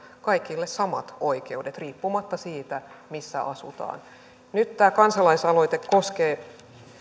kaikille samat oikeudet riippumatta siitä missä asutaan nyt tämä kansalaisaloite koskee